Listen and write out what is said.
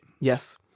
Yes